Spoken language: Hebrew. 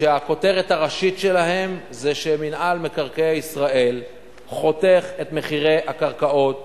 שהכותרת הראשית שלהם זה שמינהל מקרקעי ישראל חותך את מחירי הקרקעות